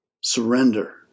surrender